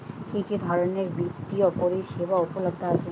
কি কি ধরনের বৃত্তিয় পরিসেবা উপলব্ধ আছে?